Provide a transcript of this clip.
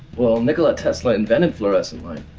well nikola tesla invented fluorescent light.